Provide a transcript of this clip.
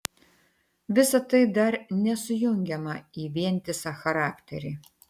visa tai dar nesujungiama į vientisą charakterį